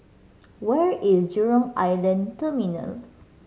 where is Jurong Island Terminal